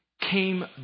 came